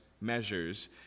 measures